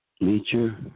nature